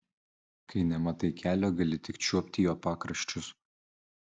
kai nematai kelio gali tik čiuopti jo pakraščius